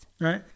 Right